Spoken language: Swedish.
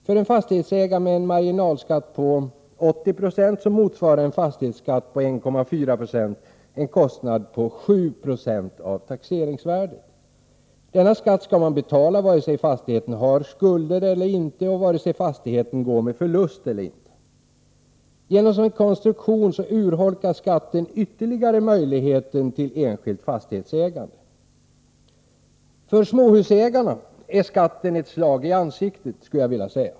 För en fastighetsägare med en marginalskatt på 80976 motsvarar en fastighetsskatt på 1,4 20 en kostnad på 7 26 av taxeringsvärdet. Denna skatt skall betalas vare sig fastigheten har stora skulder eller inte och vare sig fastigheten går med förlust eller inte. Genom sin konstruktion urholkar skatten ytterligare möjligheten till enskilt fastighetsägande. För småhusägarna är skatten ett slag i ansiktet.